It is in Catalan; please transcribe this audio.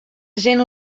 gent